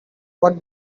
what